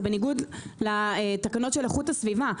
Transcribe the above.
זה בניגוד לתקנוצת של איכות הסביבה.